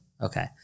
Okay